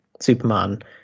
Superman